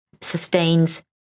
sustains